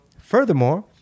furthermore